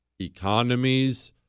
Economies